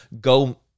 go